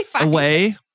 away